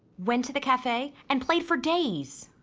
went to the cafe, and played for days.